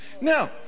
Now